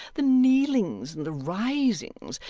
the kneelings and the risings,